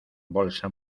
bolsa